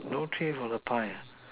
no three for the pie ah